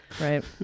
Right